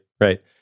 right